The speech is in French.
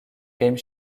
game